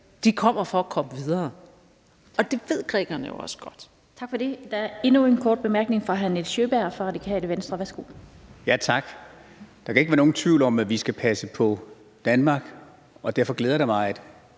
De kommer for at komme videre, og det ved grækerne jo også godt.